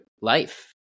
life